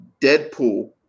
Deadpool